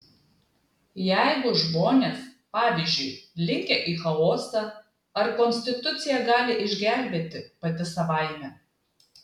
jeigu žmonės pavyzdžiui linkę į chaosą ar konstitucija gali išgelbėti pati savaime